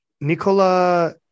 Nicola